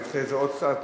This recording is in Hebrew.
נדחה את זה עוד קצת,